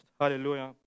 Hallelujah